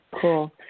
cool